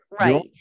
right